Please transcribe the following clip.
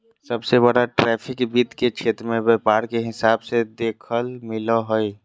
सबसे बड़ा ट्रैफिक वित्त के क्षेत्र मे व्यापार के हिसाब से देखेल मिलो हय